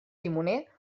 timoner